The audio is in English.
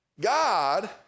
God